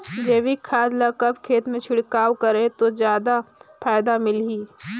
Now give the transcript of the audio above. जैविक खाद ल कब खेत मे छिड़काव करे ले जादा फायदा मिलही?